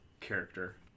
character